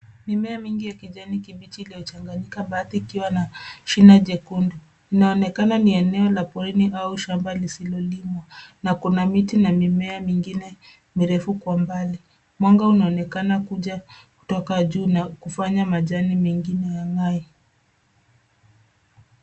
Mimea mingi ya kijani kibichi iliyochanganyika baadhi ikiwa na shine jekundu. Inaonekana kuwa ni eneo la porini au shamba lisilolimwa, na kuna miti na mimea mingine mirefu kwa mbali. Mwanga unaonekana kuja kutoka juu na kufanya majani mengine yang'ae.